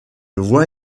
voie